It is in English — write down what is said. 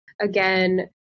again